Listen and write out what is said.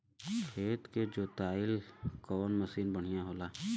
खेत के जोतईला कवन मसीन बढ़ियां होला?